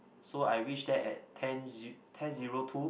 so I reach there at ten ze~ ten zero two